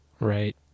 right